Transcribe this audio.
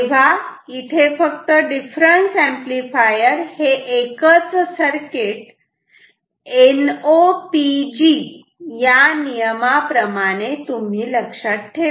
तेव्हा इथे फक्त डिफरन्स एंपलीफायर हे एकच सर्किट NOPG या नियमा प्रमाणे लक्षात ठेवा